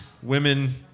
Women